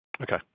Okay